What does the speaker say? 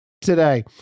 today